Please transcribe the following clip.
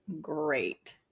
great